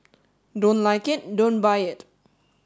don't like it don't buy it